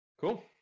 cool